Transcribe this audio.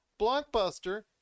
blockbuster